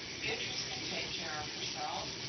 beatrice can take care of herself.